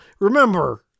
remember